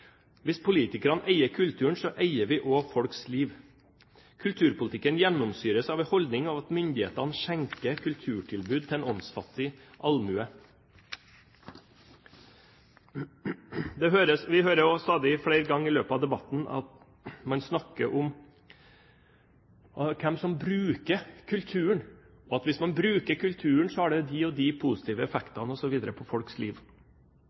Hvis politikerne eier kulturen, eier vi også folks liv. Kulturpolitikken gjennomsyres av den holdningen at myndighetene skjenker kulturtilbud til en åndsfattig allmue. Vi hører også stadig, flere ganger i løpet av debatten, at man snakker om hvem som bruker kulturen, og hvis man bruker kulturen, har det de og de positive effektene osv. på folks liv.